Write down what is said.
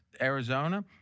Arizona